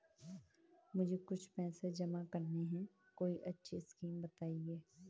मुझे कुछ पैसा जमा करना है कोई अच्छी स्कीम बताइये?